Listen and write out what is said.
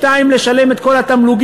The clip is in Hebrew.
2. לשלם את כל התמלוגים,